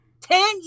ten